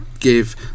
Give